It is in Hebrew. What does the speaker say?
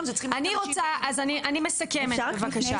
אז אני מסכמת בבקשה.